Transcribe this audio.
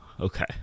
okay